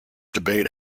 debate